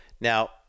Now